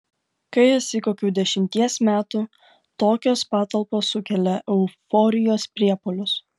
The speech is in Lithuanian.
kai esi kokių dešimties metų tokios patalpos sukelia euforijos priepuolius